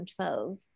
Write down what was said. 2012